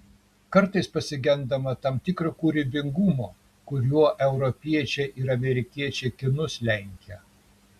kartais pasigendama tam tikro kūrybingumo kuriuo europiečiai ir amerikiečiai kinus lenkia